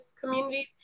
communities